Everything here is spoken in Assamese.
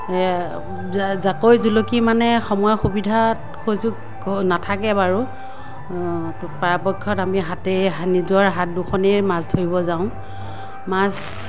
জাকৈ জুলুকি মানে সময় সুবিধাত সুযোগ নাথাকে বাৰু পৰাপক্ষত আমি হাতে নিজৰ হাত দুখনেই মাছ ধৰিব যাওঁ মাছ